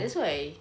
that's why